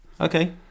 Okay